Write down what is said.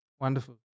Wonderful